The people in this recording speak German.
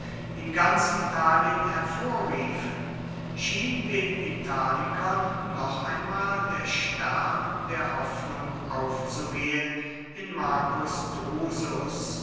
in ganz italien hervorriefen schien den italikern noch einmal der stern der hoffnung aufzugehen in marcus drusus